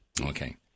Okay